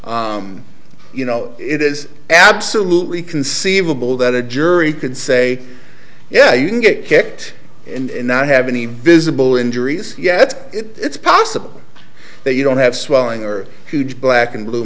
you know it is absolutely conceivable that a jury could say yeah you can get kicked and not have any visible injuries yet it's possible that you don't have swelling or huge black and blue